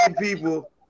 people